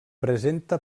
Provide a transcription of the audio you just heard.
presenta